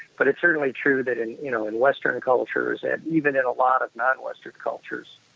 but it's certainly true that in you know in western cultures and even in a lot of non-western cultures,